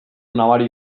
nabari